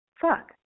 fuck